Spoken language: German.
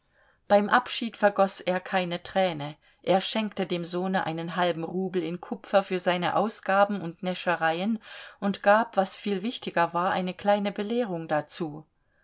beim abschied vergoß er keine träne er schenkte dem sohne einen halben rubel in kupfer für seine ausgaben und näschereien und gab was viel wichtiger war eine kleine belehrung dazu